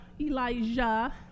Elijah